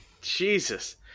Jesus